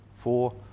four